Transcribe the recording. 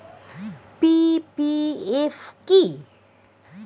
PPF কি?